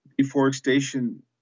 Deforestation